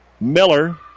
Miller